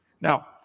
Now